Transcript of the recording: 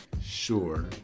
sure